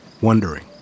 wondering